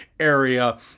Area